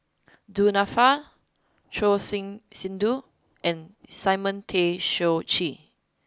Du Nanfa Choor Singh Sidhu and Simon Tay Seong Chee